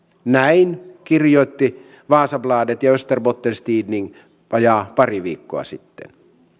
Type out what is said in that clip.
näin kirjoittivat vasabladet ja österbottens tidning vajaat pari viikkoa sitten